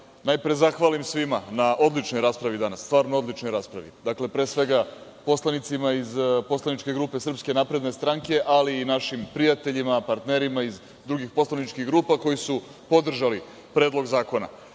najpre zahvalih svima na odličnoj raspravi danas, stvarno odličnoj raspravi, pre svega poslanicima iz poslaničke grupe SNS, ali i našim prijateljima, partnerima iz drugih poslaničkih grupa koji su podržali Predlog zakona. Bila